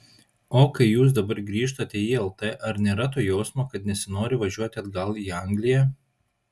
o kai jūs dabar grįžtate į lt ar nėra to jausmo kad nesinori važiuoti atgal į angliją